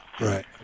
Right